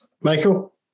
Michael